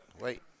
wait